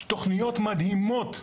יש תוכניות מדהימות,